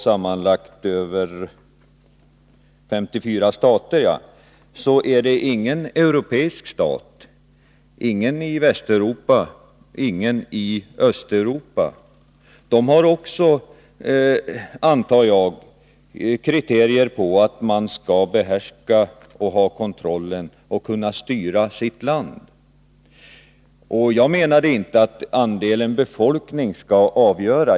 Bland dem finns det ingen europeisk stat, varken någon västeuropeisk eller någon östeuropeisk. De har också, antar jag, kriteriet att regeringen skall behärska, ha kontroll över och kunna styra sitt land. Jag menade inte att andelen av befolkningen skall avgöra.